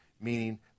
meaning